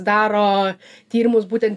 daro tyrimus būtent